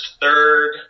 third